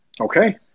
Okay